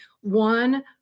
one